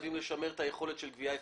חייבים לשמר את היכולת של גבייה אפקטיבית.